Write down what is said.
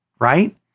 right